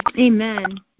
Amen